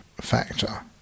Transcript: factor